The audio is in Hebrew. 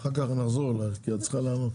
ואחר כך נחזור אלייך, כי תצטרכי לענות